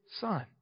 Son